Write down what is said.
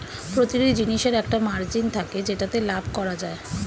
প্রতিটি জিনিসের একটা মার্জিন থাকে যেটাতে লাভ করা যায়